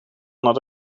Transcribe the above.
naar